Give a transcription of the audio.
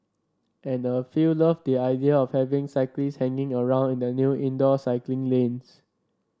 and a few loved the idea of having cyclists hanging around in the new indoor cycling lanes